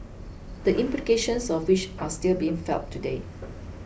the implications of which are still being felt today